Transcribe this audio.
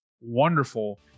Wonderful